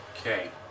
Okay